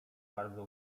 bardzo